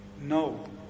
No